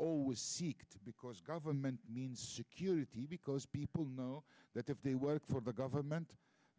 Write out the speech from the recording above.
always seek to because government means security because people know that if they work for the government